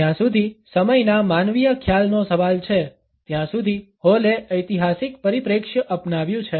જ્યાં સુધી સમયના માનવીય ખ્યાલનો સવાલ છે ત્યાં સુધી હોલએ ઐતિહાસિક પરિપ્રેક્ષ્ય અપનાવ્યું છે